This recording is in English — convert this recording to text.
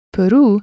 Peru